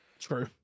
True